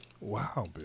Wow